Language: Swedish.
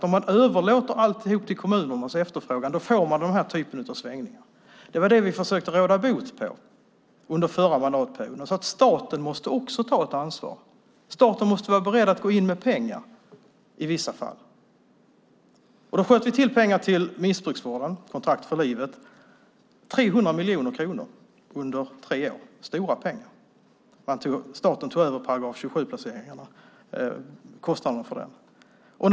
Om man överlåter alltihop till kommunernas efterfrågan får man den här typen av svängningar. Det var det vi försökte råda bot på under den förra mandatperioden. Staten måste också ta ett ansvar. Staten måste vara beredd att gå in med pengar i vissa fall. Då sköt vi till pengar till missbrukarvården, Kontrakt för livet, 300 miljoner kronor under tre år. Det är stora pengar. Staten tog över kostnaden för § 27-placeringarna.